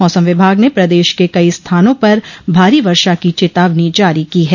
मौसम विभाग ने प्रदेश के कई स्थानों पर भारी वर्षा की चेतावनी जारी की है